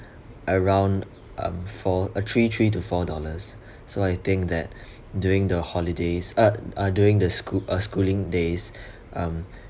around um four uh three three to four dollars so I think that during the holidays uh uh during the school uh schooling days um